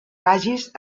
vagis